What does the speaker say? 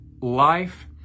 life